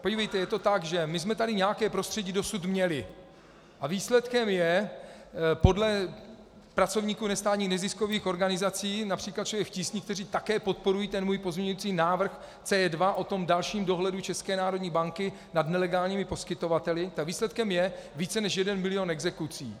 Podívejte, je to tak, že jsme tady nějaké prostředí dosud měli, a výsledkem je podle pracovníků nestátních neziskových organizací, například Člověk v tísni, kteří také podporují můj pozměňovací návrh C2 o dalším dohledu České národní banky nad nelegálními poskytovateli, tak výsledkem je více než jeden milion exekucí.